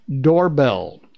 Doorbell